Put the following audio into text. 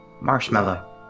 Marshmallow